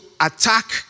attack